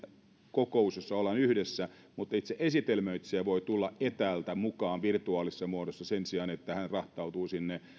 kokous jossa ollaan yhdessä mutta itse esitelmöitsijä voi tulla etäältä mukaan virtuaalisessa muodossa sen sijaan että hän rahtautuu